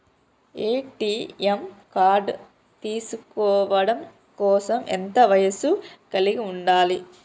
ATM card తీసుకోవడం కోసం ఎంత వయస్సు కలిగి ఉండాలి?